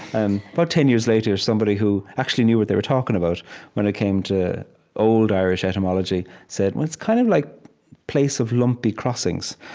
and about but ten years later, somebody who actually knew what they were talking about when it came to old irish etymology said, well, it's kind of like place of lumpy crossings